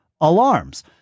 alarms